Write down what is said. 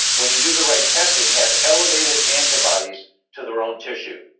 when you do the right testing, have elevated antibodies to their own tissue,